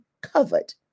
covered